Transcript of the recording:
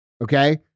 Okay